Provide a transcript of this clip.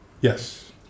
Yes